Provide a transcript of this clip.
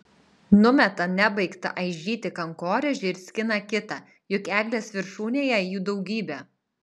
numeta nebaigtą aižyti kankorėžį ir skina kitą juk eglės viršūnėje jų daugybė